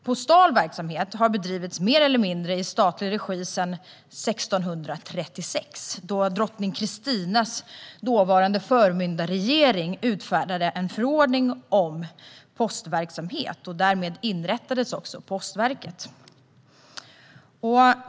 Postal verksamhet har bedrivits mer eller mindre i statlig regi sedan 1636, då drottning Kristinas förmyndarregering utfärdade en förordning om postverksamhet. Därmed inrättades också Postverket.